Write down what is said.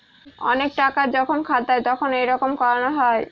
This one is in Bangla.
অনেক টাকা যখন খাতায় তখন এইরকম করানো হয়